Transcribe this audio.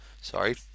Sorry